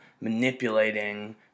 manipulating